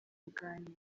kuganira